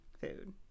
food